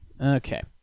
Okay